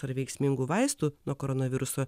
ar veiksmingų vaistų nuo koronaviruso